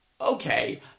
okay